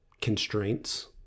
constraints